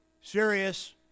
serious